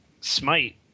Smite